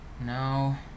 Now